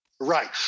Right